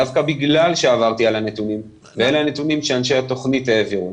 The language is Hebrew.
דווקא בגלל שעברתי על הנתונים ואלה הנתונים שאנשי התוכנית העבירו,